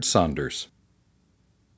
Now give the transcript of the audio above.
Saunders